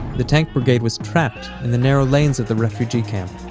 the tank brigade was trapped in the narrow lanes of the refugee camp,